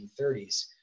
1930s